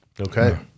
Okay